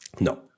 no